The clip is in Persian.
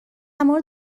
مورد